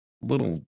little